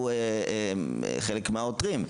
שהוא חלק מהעותרים.